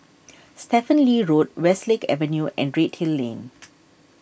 Stephen Lee Road Westlake Avenue and Redhill Lane